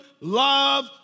love